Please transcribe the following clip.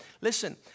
Listen